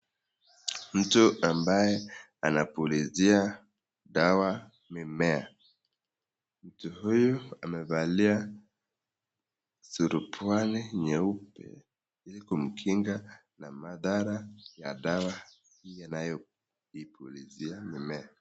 Mtu ambaye anapulizia dawa mimea. Mtu huyu amevalia surupwani nyeupe ili kumkinga na madhara ya dawa anayoipulizia mimea.